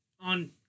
on